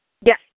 Yes